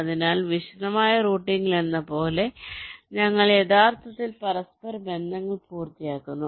അതിനാൽ വിശദമായ റൂട്ടിംഗിലെന്നപോലെ ഞങ്ങൾ യഥാർത്ഥത്തിൽ പരസ്പരബന്ധങ്ങൾ പൂർത്തിയാക്കുന്നു